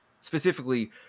Specifically